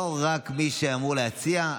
לא רק מי שאמור להציע,